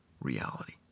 reality